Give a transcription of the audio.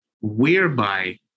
whereby